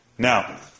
Now